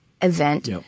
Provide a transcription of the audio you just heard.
Event